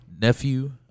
nephew